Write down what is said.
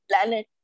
planet